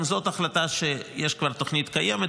גם זאת החלטה שיש לה כבר תוכנית קיימת,